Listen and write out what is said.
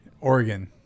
Oregon